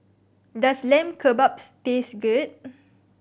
does Lamb Kebabs taste good